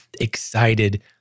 excited